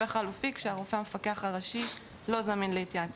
חלופי כשהרופא המפקח הראשי לא זמין להתייעצות.